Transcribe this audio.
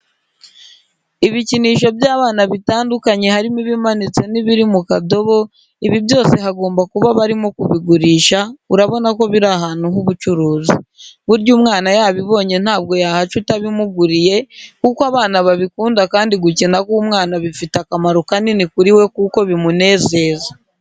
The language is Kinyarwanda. Ibikinisho by'abana bitandukanye harimo ibimanitse n'ibiri mu kadobo, ibi byose hagomba kuba barimo kubigurisha, urabona ko biri ahantu h'ubucuruzi. Burya umwana yabibonye ntabwo yahaca utabimuguriye kuko abana babikunda kandi gukina k'umwana bifite akamaro kanini kuri we kuko bimunezeza.